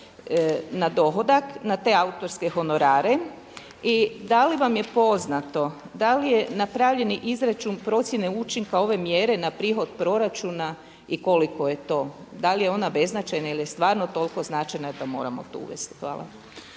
na dohodak na te autorske honorare. I da li vam je poznato da li je napravljeni izračun procjene učinka ove mjere na prihod proračuna i koliko je to, da li je ona beznačajna ili je stvarno toliko značajna da moramo to uvesti? Hvala.